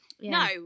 no